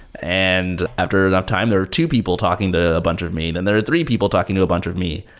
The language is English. and after and time, there are two people talking to a bunch of me. then there are three people talking to a bunch of me.